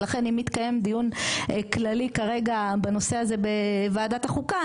ולכן אם מתקיים דיון כללי כרגע בנושא הזה בוועדת החוקה,